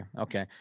Okay